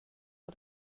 att